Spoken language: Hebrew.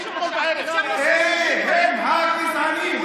הם, הם, הגזענים.